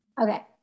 Okay